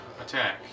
attack